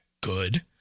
good